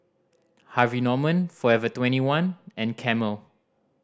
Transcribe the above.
Harvey Norman Forever Twenty one and Camel